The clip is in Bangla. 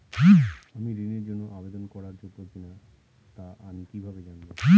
আমি ঋণের জন্য আবেদন করার যোগ্য কিনা তা আমি কীভাবে জানব?